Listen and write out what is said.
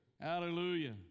Hallelujah